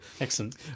Excellent